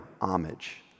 homage